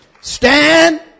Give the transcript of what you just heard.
Stand